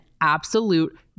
absolute